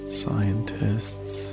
scientists